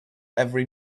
every